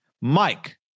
Mike